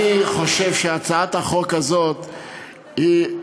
אני חושב שהצעת החוק הזאת היא,